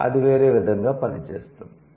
అది వేరే విధంగా పనిచేస్తుంది